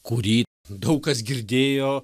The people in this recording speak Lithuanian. kurį daug kas girdėjo